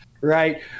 Right